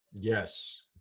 Yes